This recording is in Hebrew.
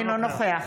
אינו נוכח